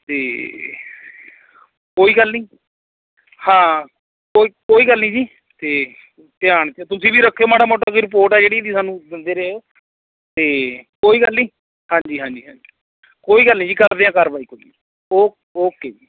ਅਤੇ ਕੋਈ ਗੱਲ ਨਹੀਂ ਹਾਂ ਕੋਈ ਕੋਈ ਗੱਲ ਨਹੀਂ ਜੀ ਅਤੇ ਧਿਆਨ 'ਚ ਤੁਸੀਂ ਵੀ ਰੱਖਿਓ ਮਾੜਾ ਮੋਟਾ ਵੀ ਰਿਪੋਰਟ ਆ ਜਿਹੜੀ ਵੀ ਸਾਨੂੰ ਦਿੰਦੇ ਰਹਿਓ ਅਤੇ ਕੋਈ ਗੱਲ ਨਹੀਂ ਹਾਂਜੀ ਹਾਂਜੀ ਹਾਂਜੀ ਕੋਈ ਗੱਲ ਨਹੀਂ ਜੀ ਕਰਦੇ ਹਾਂ ਕਾਰਵਾਈ ਕੋਈ ਨਹੀਂ ਓ ਓਕੇ ਜੀ